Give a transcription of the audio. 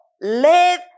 live